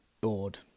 bored